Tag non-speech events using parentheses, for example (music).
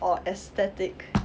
or aesthetic (noise)